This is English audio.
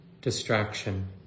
distraction